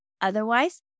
Otherwise